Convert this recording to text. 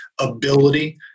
ability